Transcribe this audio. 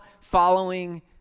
following